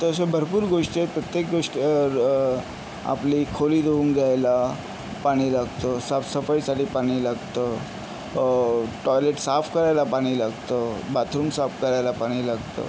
तर अशा भरपूर गोष्टी आहेत प्रत्येक गोष्ट र आपली खोली धुवून घ्यायला पाणी लागतं साफसफाईसाठी पाणी लागतं टॉयलेट साफ करायला पाणी लागतं बाथरूम साफ करायला पाणी लागतं